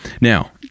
Now